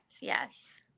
Yes